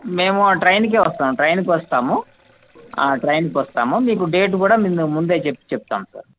మేము ట్రైన్కే వస్తాము ట్రైన్కి వస్తాము ట్రైన్కి వస్తాము మీకు డేటు కూడా మేము ముందే చెప్పి చెప్తాము సార్